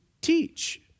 teach